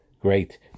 great